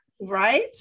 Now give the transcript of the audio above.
Right